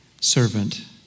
servant